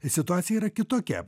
situacija yra kitokia